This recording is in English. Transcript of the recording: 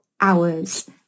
hours